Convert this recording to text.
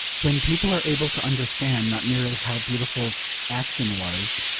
when people are able to understand, not merely how beautiful action was,